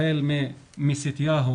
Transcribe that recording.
החל מסתיהו,